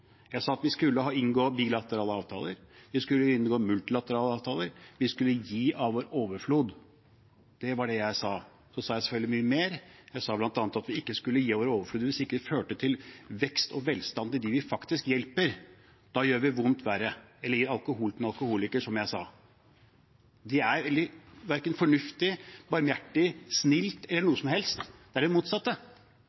jeg sa. Jeg sa at vi skulle inngå bilaterale avtaler, vi skulle inngå multilaterale avtaler, vi skulle gi av vår overflod. Det var det jeg sa. Så sa jeg selvfølgelig mye mer. Jeg sa bl.a. at vi ikke skulle gi av vår overflod hvis det ikke førte til vekst og velstand hos dem vi faktisk hjelper. Da gjør vi vondt verre – da gir vi alkohol til en alkoholiker, som jeg sa. Det er verken fornuftig, barmhjertig, snilt eller